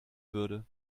würde